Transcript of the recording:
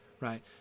Right